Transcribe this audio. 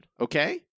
okay